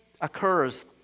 occurs